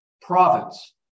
province